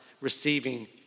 receiving